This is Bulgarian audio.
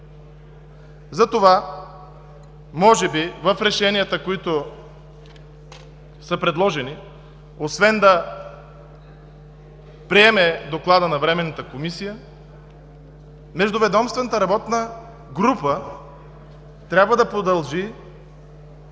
Затова може би в решенията, които са предложени, освен да приеме Доклада на Временната комисия, Междуведомствената работна група трябва да продължи,